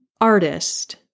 artist